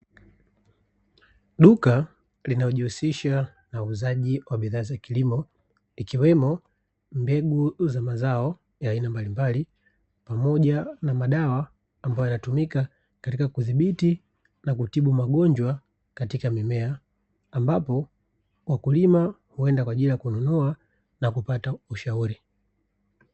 Duka linalojihusisha na uuzaji wa bidhaa za kilimo, ikiwemo; mbegu za mazao ya aina mbalimbali pamoja na madawa ambayo yanayotumika katika kudhibiti na kutibu magonjwa katika mimea, ambapo wakulima huenda kwa ajili ya kununua na kupata ushauri.